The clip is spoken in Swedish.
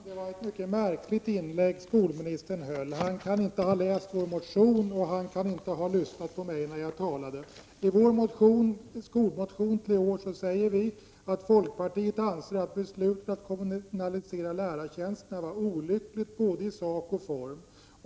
Fru talman! Det var ett märkligt inlägg som skolministern höll. Han kan inte ha läst vår motion, och han kan inte ha lyssnat på mig när jag talade. I vår skolmotion skriver vi: ”Folkpartiet anser att beslutet att kommunalisera lärartjänsterna var olyckligt, både i sak och form.